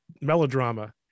melodrama